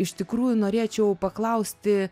iš tikrųjų norėčiau paklausti